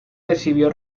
recibió